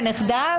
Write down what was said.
כמו שנאמר פה,